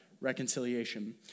reconciliation